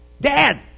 Dad